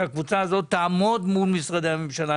שהקבוצה הזאת תעמוד מול משרדי הממשלה.